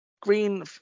Green